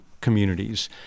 communities